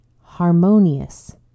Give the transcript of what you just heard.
harmonious